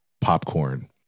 Popcorn